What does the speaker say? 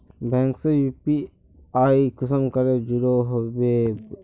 Bank से UPI कुंसम करे जुड़ो होबे बो?